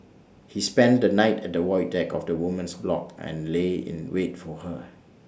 he spent the night at the void deck of the woman's block and lay in wait for her